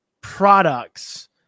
products